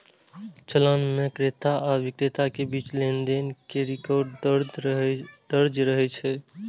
चालान मे क्रेता आ बिक्रेता के बीच लेनदेन के रिकॉर्ड दर्ज रहै छै